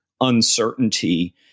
uncertainty